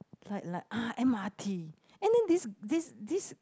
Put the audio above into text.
like like ah m_r_t and then this this this